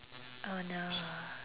oh no